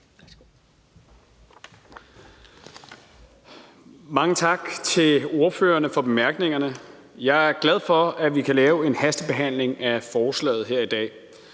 Mange tak til ordførerne for bemærkningerne. Jeg er glad for, at vi kan lave en hastebehandling af forslaget her i dag.